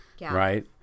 Right